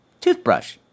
Toothbrush